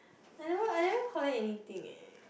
I never I never collect anything eh